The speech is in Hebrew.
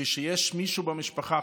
כשיש חולה במשפחה,